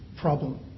problem